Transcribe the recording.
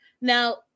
Now